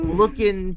looking